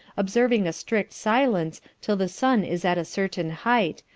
observing a strict silence till the sun is at a certain height,